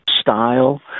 style